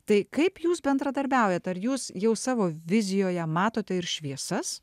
tai kaip jūs bendradarbiaujat ar jūs jau savo vizijoje matote ir šviesas